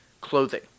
Clothing